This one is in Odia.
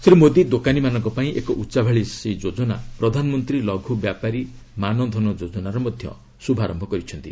ଶ୍ରୀ ମୋଦି ଦୋକାନିମାନଙ୍କ ପାଇଁ ଏକ ଉଚ୍ଚାଭିଳାଷୀ ଯୋଜନା ପ୍ରଧାନମନ୍ତ୍ରୀ ଲଘୁ ବ୍ୟାପାରୀ ମାନ ଧନ ଯୋଜନାର ମଧ୍ୟ ଶୁଭାରୟ କରିଛନ୍ତି